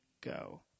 go